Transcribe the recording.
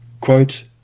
Quote